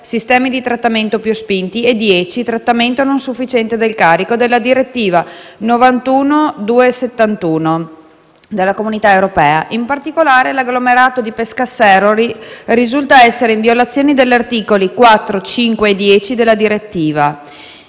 (sistemi di trattamento più spinti) e 10 (trattamento non sufficiente del carico) della direttiva 91/271/CEE». In particolare, l'agglomerato di Pescasseroli risulta essere in violazione degli articoli 4, 5 e 10 della direttiva.